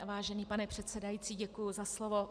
Vážený pane předsedající, děkuji za slovo.